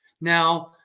Now